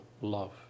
love